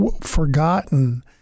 forgotten